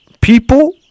People